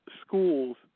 schools